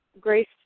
grace